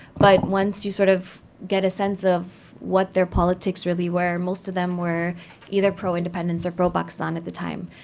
but once you sort of get a sense of what their politics really were, most of them were either pro-independence or pro-pakistan at the time.